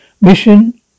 Mission